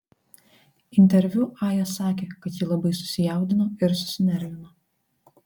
interviu aja sakė kad ji labai susijaudino ir susinervino